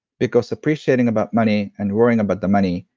because appreciating about money and worrying about the money,